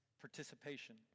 participation